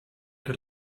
que